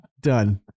Done